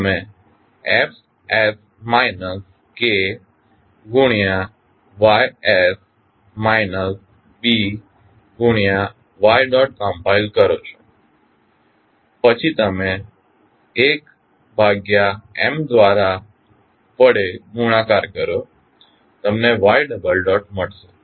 તમે f s minus K ગુણ્યા y s minus B ગુણ્યા y ડોટ કમ્પાઇલ કરો પછી તમે 1 ભાગ્ય M દ્વારા વડે ગુણાકાર કરો તમને y ડબલ ડોટ મળશે